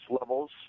levels